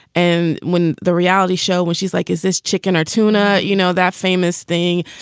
and when the reality show was, she's like, is this chicken or tuna? you know, that famous thing,